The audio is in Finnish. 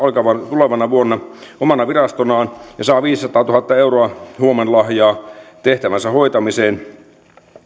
tulevana vuonna omana virastonaan ja saa viisisataatuhatta euroa huomenlahjaa tehtävänsä hoitamiseen